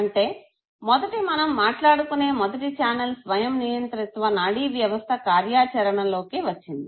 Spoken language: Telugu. అంటే మొదటి మనం మాట్లాడుకునే మొదటి ఛానెల్ స్వయం నియంత్రిత్వ నాడి వ్యవస్థ కార్యాచరణలోకి వచ్చింది